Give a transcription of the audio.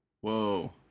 Whoa